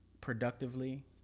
productively